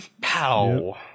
Pow